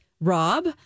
rob